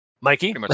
Mikey